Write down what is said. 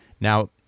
Now